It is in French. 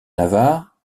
navarre